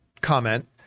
comment